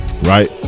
right